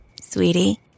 Sweetie